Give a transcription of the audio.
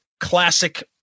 classic